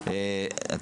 א'-ב'.